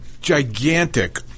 gigantic